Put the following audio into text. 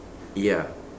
ya